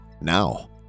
now